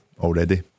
already